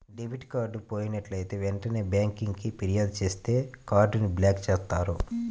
debit card పోయినట్లైతే వెంటనే బ్యేంకుకి ఫిర్యాదు చేత్తే కార్డ్ ని బ్లాక్ చేత్తారు